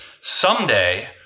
Someday